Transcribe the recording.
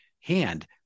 hand